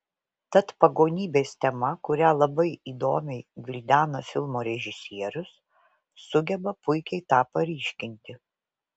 tad pagonybės tema kurią labai įdomiai gvildena filmo režisierius sugeba puikiai tą paryškinti